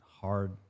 hard